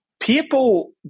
People